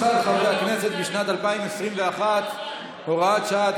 שכר חברי הכנסת בשנת 2021 (הוראת שעה),